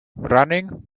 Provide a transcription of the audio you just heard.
running